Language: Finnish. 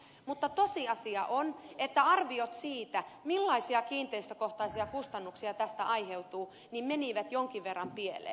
mutta tosiasia on että arviot siitä millaisia kiinteistökohtaisia kustannuksia tästä aiheutuu menivät jonkin verran pieleen